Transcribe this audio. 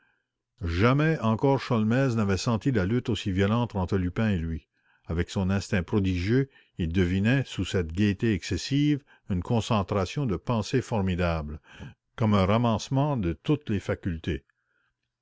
jamais encore sholmès n'avait senti la lutte aussi violente entre lupin et lui avec son instinct prodigieux il devinait sous cette gaîté excessive une concentration de pensée formidable comme un ramassement de toutes les facultés